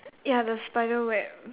ya the spider web